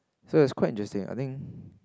so it's quite interesting I think